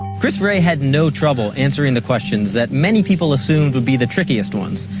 chris wray had no trouble answering the questions that many people assumed would be the trickiest ones.